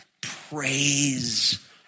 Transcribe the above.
praise